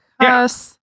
cuss